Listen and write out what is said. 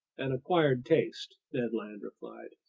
an acquired taste, ned land replied.